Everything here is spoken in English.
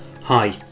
hi